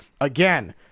Again